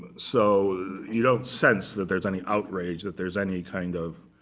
so you don't sense that there's any outrage, that there's any kind of